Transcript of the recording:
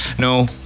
No